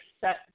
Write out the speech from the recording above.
set